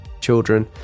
children